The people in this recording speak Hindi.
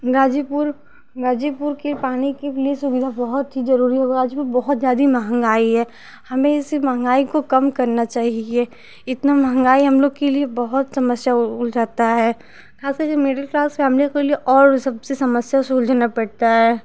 गाजीपुर गाजीपुर की पानी की भी सुविधा बहुत ही जरूरी है और आज भी बहुत ज्यादी महंगाई है हमें इसी महंगाई को कम करना चाहिए यह इतना महंगाई हम लोग के लिए बहुत समस्या उलझाता है खास कर मिडिल क्लास फैमिली के लिए और सबसे समस्या सुलझना पड़ता है